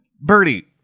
birdie